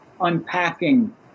unpacking